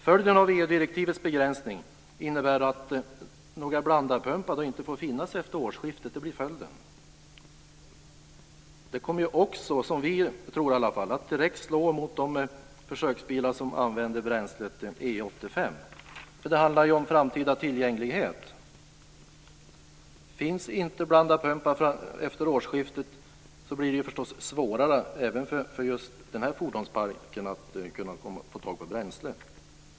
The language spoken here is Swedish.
Följden av EU-direktivets begränsning är att några blandarpumpar inte får finnas efter årsskiftet. Som vi tror kommer det att direkt slå mot de försöksbilar som använder bränslet E 85. Det handlar nämligen om framtida tillgänglighet. Finns det inga blandarpumpar efter årsskiftet så blir det förstås svårare för just den här fordonsparken att kunna få tag på bränsle.